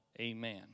Amen